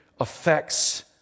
affects